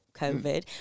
COVID